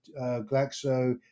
Glaxo